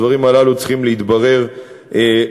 הדברים הללו צריכים להתברר משפטית.